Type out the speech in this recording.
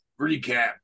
recap